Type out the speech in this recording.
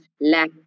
lack